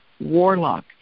warlock